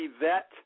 vet